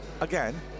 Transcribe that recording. again